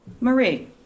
Marie